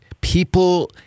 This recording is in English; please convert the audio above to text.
people